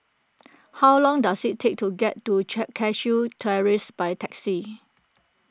how long does it take to get to Cashew Terrace by taxi